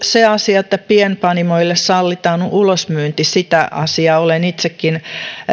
se asia että pienpanimoille sallitaan ulosmyynti sitä asiaa olen itsekin